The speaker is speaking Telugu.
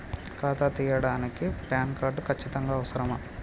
ఖాతా తీయడానికి ప్యాన్ కార్డు ఖచ్చితంగా అవసరమా?